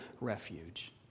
refuge